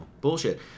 bullshit